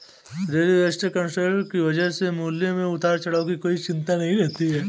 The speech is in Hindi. डेरीवेटिव कॉन्ट्रैक्ट की वजह से मूल्यों के उतार चढ़ाव की कोई चिंता नहीं रहती है